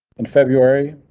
in february,